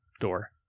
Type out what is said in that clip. door